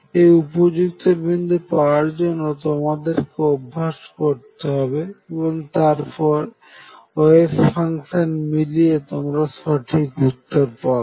এই উপযুক্ত বিন্দু পাওয়ার জন্য তোমাদেরকে অভ্যাস করতে হবে এবং তারপর ওয়েভ ফাংশন মিলিয়ে তোমরা সঠিক উত্তর পাবে